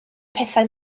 pethau